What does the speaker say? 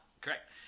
Correct